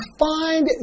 find